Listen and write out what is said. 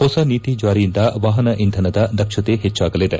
ಹೊಸ ನೀತಿ ಜಾರಿಯಿಂದ ವಾಹನ ಇಂಧನದ ದಕ್ಷತೆ ಹೆಚ್ಲಾಗಲಿದೆ